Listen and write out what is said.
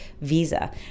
visa